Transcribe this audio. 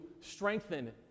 strengthen